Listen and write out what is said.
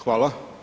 Hvala.